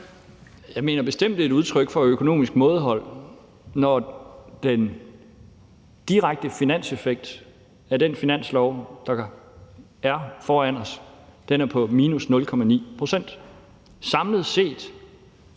Jeg mener bestemt, det er et udtryk for økonomisk mådehold, når den direkte finanseffekt af den finanslov, der er foran os, er på minus 0,9 pct. Samlet set